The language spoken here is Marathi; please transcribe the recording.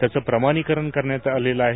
त्याचं प्रमाणीकरण करण्यात आलेलं आहे